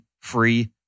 free